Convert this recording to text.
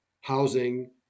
housing